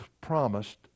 promised